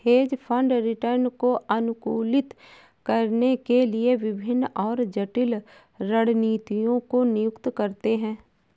hedge fund return को अनुकूलित करने के लिए विभिन्न और जटिल रणनीतियों को नियुक्त करते हैं